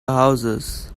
houses